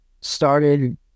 started